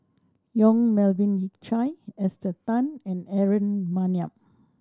Yong Melvin Yik Chye Esther Tan and Aaron Maniam